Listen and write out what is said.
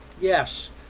yes